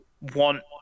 want